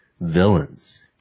villains